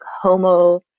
homo